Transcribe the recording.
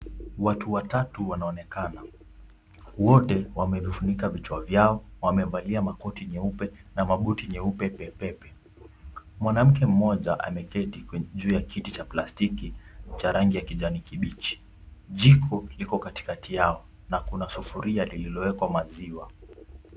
Watu watatu wanaonekana, wote wamevifunika vichwa vyao, wamevalia makoti jeupe na magoti nyeupe pe pe pe. Mwanamke mmoja ameketi juu ya kiti cha plastiki cha rangi ya kijani kibichi. Jiko liko katikati yao na kuna sufuria lililowekwa maziwa.